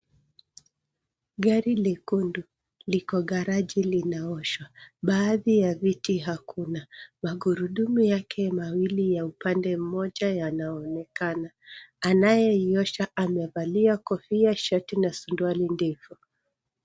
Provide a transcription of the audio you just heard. Gari lekundu liko garaji linaoshwa. Baadhi ya viti hakuna. Magurudumu yake mawili ya upande mmoja yanaonekana. Anayeiosha amevalia kofia, shati na suruwali ndefu.